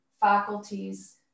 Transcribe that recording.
faculties